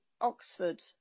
Oxford